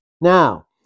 Now